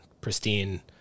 pristine